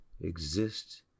exist